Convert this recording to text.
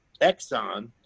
Exxon